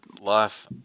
life